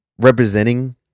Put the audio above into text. representing